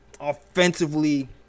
offensively